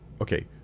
okay